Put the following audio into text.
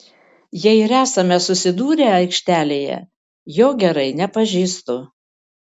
jei ir esame susidūrę aikštelėje jo gerai nepažįstu